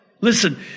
listen